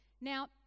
Now